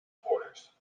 porters